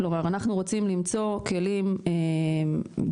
כלומר אנחנו רוצים למצוא כלים דיגיטליים,